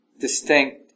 distinct